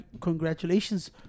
congratulations